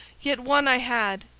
yet one i had,